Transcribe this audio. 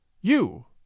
You